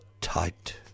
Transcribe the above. tight